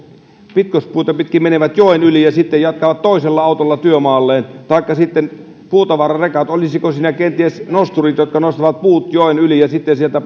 pitkospuita pitkin menevät joen yli ja sitten jatkavat toisella autolla työmaalleen taikka sitten puutavararekat olisiko siinä kenties nosturit jotka nostavat puut joen yli ja sitten sieltä